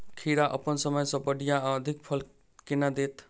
खीरा अप्पन समय सँ बढ़िया आ अधिक फल केना देत?